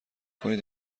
کنید